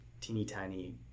teeny-tiny